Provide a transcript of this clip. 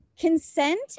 Consent